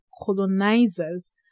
colonizers